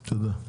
תודה.